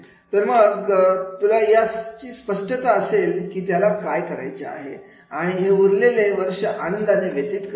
ये मग तुला याची स्पष्टता असेल की त्याला काय करायचं आहे उरलेली वर्ष आनंदाने व्यतीत करेल